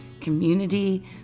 Community